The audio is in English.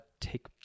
take